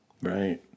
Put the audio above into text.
Right